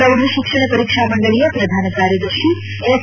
ಪ್ರೌಢಶಿಕ್ಷಣ ಪರೀಕ್ಷಾ ಮಂಡಳಿಯ ಪ್ರಧಾನ ಕಾರ್ಯದರ್ಶಿ ಎಸ್